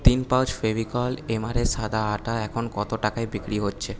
তিন পাউচ ফেভিকল এমআরের সাদা আঠা এখন কত টাকায় বিক্রি হচ্ছে